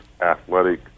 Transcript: athletic